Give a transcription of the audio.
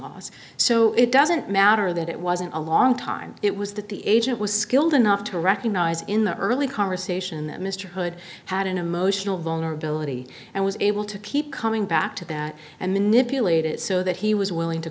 laws so it doesn't matter that it wasn't a long time it was that the agent was skilled enough to recognize in the early conversation that mr hood had an emotional vulnerability and was able to keep coming back to that and manipulate it so that he was willing to